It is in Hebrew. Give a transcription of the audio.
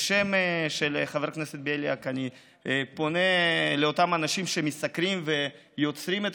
בשם חבר הכנסת בליאק אני פונה לאותם אנשים שמסקרים ויוצרים את